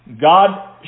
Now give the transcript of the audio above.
God